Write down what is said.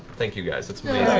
thank you, guys. that's